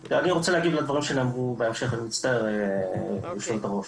אני מצטער, יושבת-הראש,